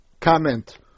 comment